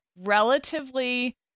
relatively